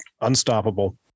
unstoppable